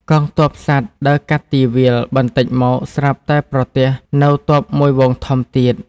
កងទ័ពសត្វដើរកាត់ទីវាល បន្តិចមកស្រាប់តែប្រទះនូវទ័ពមួយហ្វូងធំទៀត។